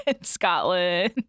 Scotland